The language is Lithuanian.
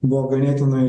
buvo ganėtinai